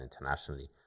internationally